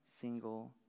single